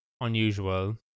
unusual